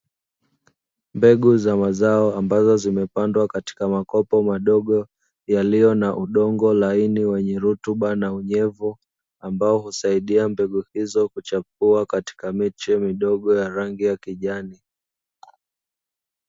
Mbegu za mazao ambazo zimepangwa katika makopo madogo yaliyo na udongo laini wenye rutuba na unyevu ambao husaidia mbegu hizo kuchipua katika miche midogo ya rangi ya kijani.